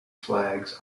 flags